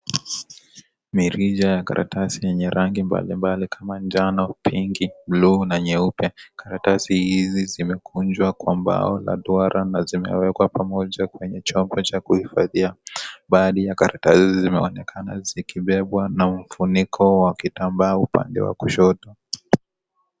Mirija ya karatasi yenye rangi mbalimbali kama njano, pinki, bluu na nyeupe. Karatasi hizi zimekunjwa kwa mbao na duara na zimewekwa pamoja kwenye chombo cha kuhifadhia. Baadhi ya karatasi zimeonekana zikibebwa na mfuniko wa kitambaa upande wa kushoto.